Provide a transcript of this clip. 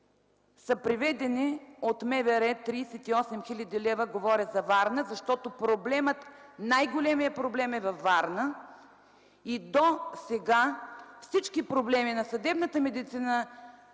са преведени от МВР – 38 хил. лв., говоря за Варна, защото най-големият проблем е във Варна. Досега всички проблеми на съдебната медицина